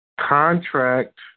Contract